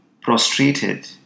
prostrated